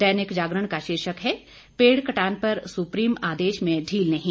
दैनिक जागरण का शीर्षक है पेड़ कटान पर सुप्रीम आदेश में ढील नही